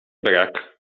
brak